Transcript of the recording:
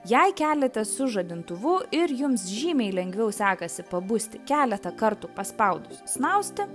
jei keliatės su žadintuvu ir jums žymiai lengviau sekasi pabusti keletą kartų paspaudus snausti